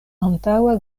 antaŭa